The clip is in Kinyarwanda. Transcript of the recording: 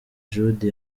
jude